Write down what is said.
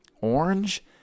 orange